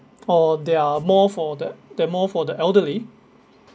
or they are more for the the more for the elderly